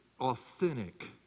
authentic